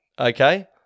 Okay